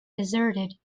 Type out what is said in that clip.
deserted